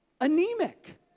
anemic